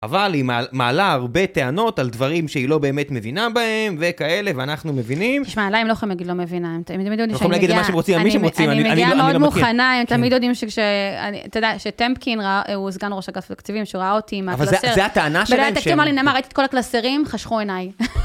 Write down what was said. אבל היא מעלה הרבה טענות על דברים שהיא לא באמת מבינה בהם וכאלה, ואנחנו מבינים. תשמע, עלי הם לא יכולים להגיד לא מבינה, הם תמיד יודעים שאני מגיעה... הם יכולים להגיד את מה שהם רוצים על מי שהם רוצים, אני לא מכיר. אני מגיעה מאוד מוכנה, הם תמיד יודעים שכש... אני, אתה יודע שטמפקין ראה... הוא סגן ראש התקציבים, שהוא ראה אותי עם הקלסר... אבל זה, זה הטענה שלהם ש... בידי התקציב, הוא אמר לי, נעמה, ראיתי את כל הקלסרים, חשכו עיניי.